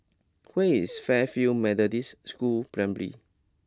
where is Fairfield Methodist School Primary